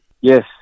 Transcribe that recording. Yes